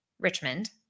Richmond